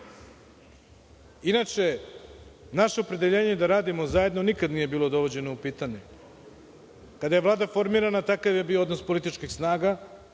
naše opredeljenje da radimo zajedno nikad nije bilo dovođeno u pitanje. Kada je Vlada formirana takav je bio odnos političkih snaga